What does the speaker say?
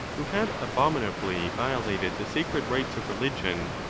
who had abomi nably violated the sacred rites of religion,